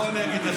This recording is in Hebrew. מיארה?